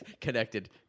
connected